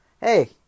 Hey